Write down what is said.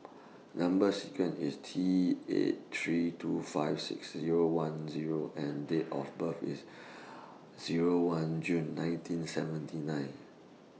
Number sequence IS T eight three two five six Zero one Zero and Date of birth IS Zero one June nineteen seventy nine